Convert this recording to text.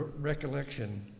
recollection